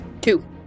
two